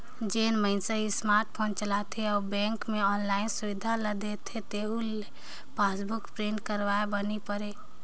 जेन मइनसे हर स्मार्ट फोन चलाथे अउ बेंक मे आनलाईन सुबिधा ल देथे तेहू ल पासबुक प्रिंट करवाये बर नई परे